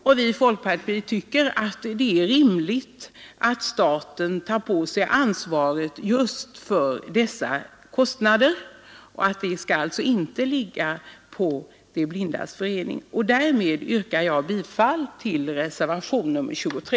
Vi i folkpartiet tycker att det är rimligt att staten tar på sig ansvaret för dessa kostnader och att de alltså inte skall ligga på De blindas förening. Herr talman! Med det anförda yrkar jag bifall till reservationen 23.